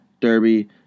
Derby